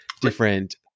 different